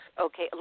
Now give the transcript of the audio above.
okay